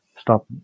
stop